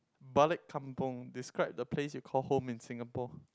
balik kampung describe the place you call home in Singapore